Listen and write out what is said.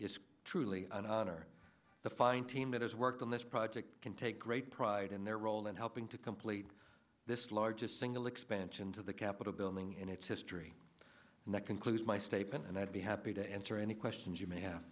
is truly an honor the fine team that has worked on this project can take great pride in their role in helping to complete this largest single expansions of the capitol building in its history and that concludes my statement and i'd be happy to answer any questions you may have